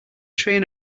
train